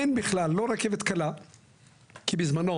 אין בכלל,